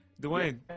Dwayne